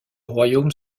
royaume